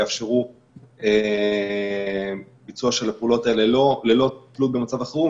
ויאפשרו ביצוע של הפעולות האלה ללא תלות במצב החירום,